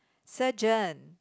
surgeon